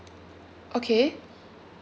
okay